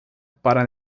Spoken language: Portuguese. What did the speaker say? para